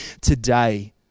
today